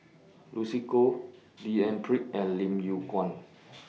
Lucy Koh D N Pritt and Lim Yew Kuan